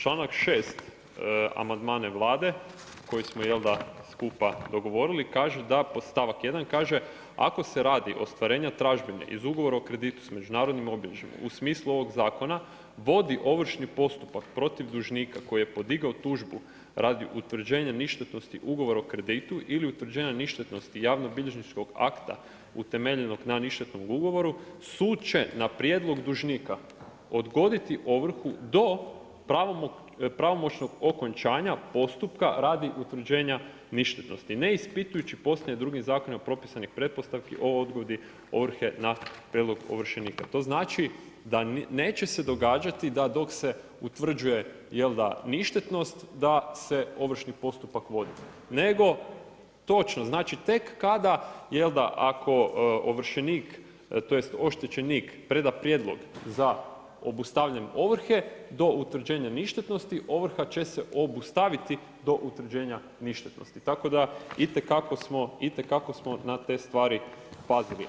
Članak 6. amandmana Vlade koji smo jel da, skupa dogovorili, kaže da podstavak 1. kaže „ ako se radi ostvarena tražbine iz ugovora o kreditu s međunarodnim obilježjima u smislu ovog zakona, vodi ovršni postupak protiv dužnika koji je podigao tužbu radi utvrđenja ništetnosti ugovora o kreditu ili utvrđenja ništetnosti javno bilježničkog akta utemeljenog na ništetnom ugovoru sud će na prijedlog dužnika, odgoditi ovrhu do pravomoćnog okončanja postupka radi utvrđenja ništetnosti, ne ispitujući poslije drugim zakonima propisanih pretpostavki o odgodi ovrhe na prijedlog ovršenika.“ To znači da neće se događati da dok se utvrđuje, jel da, ništetnost da se ovršni postupak vodi nego točno, tek kada je da, ako ovršenik tj., oštećenik preda prijedlog za obustavljanjem ovrhe, do utvrđenja ništetnosti, ovrha će se obustaviti do utvrđenja ništetnosti, tako da itekako smo na te stvari pazili.